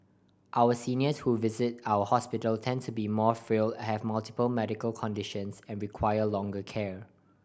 our seniors who visit our hospitals tend to be more frail have multiple medical conditions and require longer care